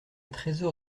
trésor